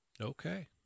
Okay